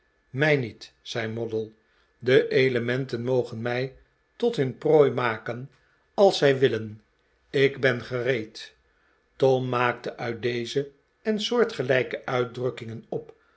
mij niet zei moddle de elementen mogen mij tot hun prooi maken als zij willen ik ben gereed tom maakte uit deze en soortgelijke uitdrukkingen op